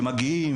שמגיעים,